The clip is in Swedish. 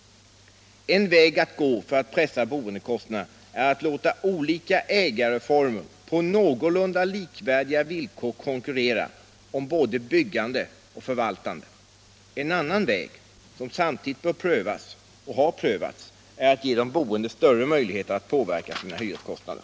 En väg att gå för att pressa boendekostnaderna är att låta olika ägareformer på någorlunda likvärdiga villkor konkurrera om både byggande och förvaltande. En annan väg som samtidigt bör prövas — och har prövats — är att ge de boende större möjligheter att påverka sina hyreskostnader.